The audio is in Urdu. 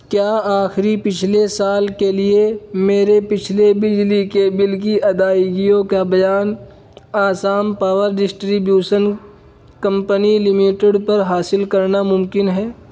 کیا آخری پچھلے سال کے لیے میرے پچھلے بجلی کے بل کی ادائیگیوں کا بیان Assam power distribution company limited پر حاصل کرنا ممکن ہے